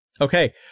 Okay